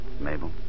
Mabel